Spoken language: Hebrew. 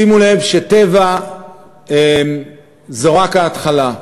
שימו לב ש"טבע" זו רק ההתחלה.